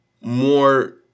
more